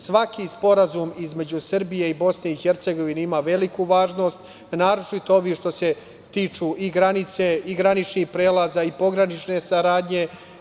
Svaki sporazum između Srbije i BiH ima veliku važnost, naročito ovi koji su tiču granice i graničnih prelaza i pogranične saradnje.